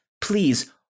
Please